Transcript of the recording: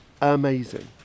amazing